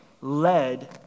led